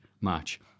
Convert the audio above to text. match